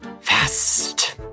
fast